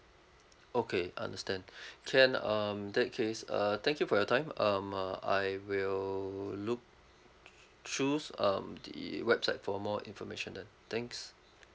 okay understand can um that case uh thank you for your time um uh I will look through um the website for more information uh thanks